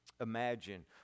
imagine